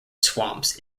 swamps